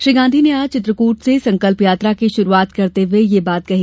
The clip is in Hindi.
श्री गांधी ने आज चित्रकूट से संकल्प यात्रा की शुरूआत करते हुए ये बात कही